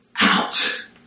out